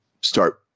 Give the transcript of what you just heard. start